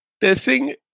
Testing